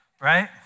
right